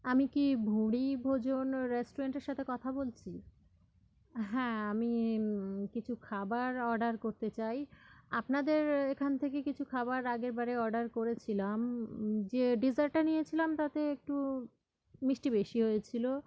আমি কি ভুঁড়িভোজন রেস্টুরেন্টের সাথে কথা বলছি হ্যাঁ আমি কিছু খাবার অর্ডার করতে চাই আপনাদের এখান থেকে কিছু খাবার আগেরবারে অর্ডার করেছিলাম যে ডিজার্টটা নিয়েছিলাম তাতে একটু মিষ্টি বেশি হয়েছিল